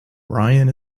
brian